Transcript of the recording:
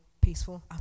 peaceful